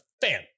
fan